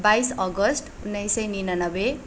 बाइस अगस्ट उन्नाइस सय निनानब्बे